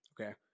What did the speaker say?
Okay